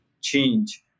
change